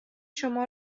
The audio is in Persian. شما